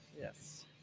Yes